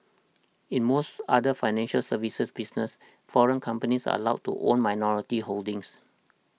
in most other financial services businesses foreign companies are allowed to own minority holdings